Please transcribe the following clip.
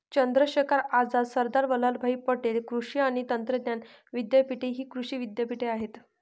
चंद्रशेखर आझाद, सरदार वल्लभभाई पटेल कृषी आणि तंत्रज्ञान विद्यापीठ हि कृषी विद्यापीठे आहेत